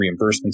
Reimbursements